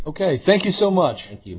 ok thank you so much you